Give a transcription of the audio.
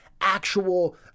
actual